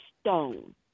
stone